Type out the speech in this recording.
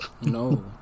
No